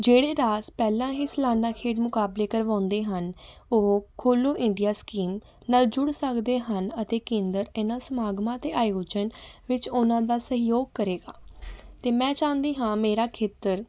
ਜਿਹੜੇ ਰਾਜ ਪਹਿਲਾਂ ਹੀ ਸਲਾਨਾ ਖੇਡ ਮੁਕਾਬਲੇ ਕਰਵਾਉਂਦੇ ਹਨ ਉਹ ਖੇਲੋ ਇੰਡੀਆ ਸਕੀਮ ਨਾਲ ਜੁੜ ਸਕਦੇ ਹਨ ਅਤੇ ਕੇਂਦਰ ਇਹਨਾਂ ਸਮਾਗਮਾਂ 'ਤੇ ਆਯੋਜਨ ਵਿੱਚ ਉਹਨਾਂ ਦਾ ਸਹਿਯੋਗ ਕਰੇਗਾ ਅਤੇ ਮੈਂ ਚਾਹੁੰਦੀ ਹਾਂ ਮੇਰਾ ਖੇਤਰ